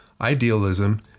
idealism